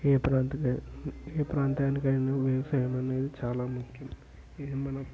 ఏ ప్రాంతవే ఏ ప్రాంతానికైన వ్యవసాయం అనేది చాలా ముఖ్యం ఇది మన